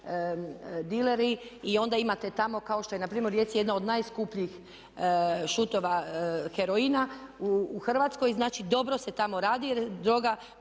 i onda imate tamo kao što je npr. u Rijeci jedna od najskupljih šutova heroina u Hrvatskoj, znači dobro se tamo radi jer droga